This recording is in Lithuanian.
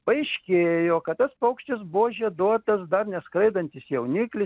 paaiškėjo kad tas paukštis buvo žieduotas dar neskraidantis jauniklis